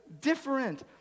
different